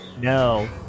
No